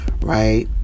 right